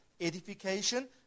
edification